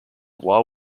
law